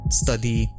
study